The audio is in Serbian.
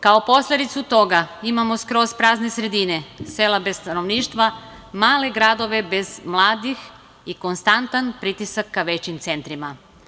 Kao posledicu toga imamo skroz prazne sredine, sela bez stanovništva, male gradove bez mladih i konstantan pritisak ka većim centrima.